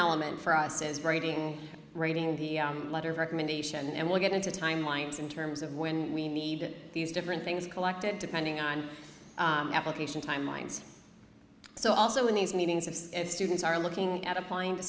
element for us is writing writing the letter of recommendation and we'll get into timelines in terms of when we need these different things collected depending on application timelines so also in these meetings of students are looking at applying to